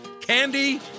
candy